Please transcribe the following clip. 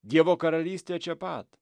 dievo karalystė čia pat